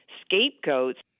scapegoats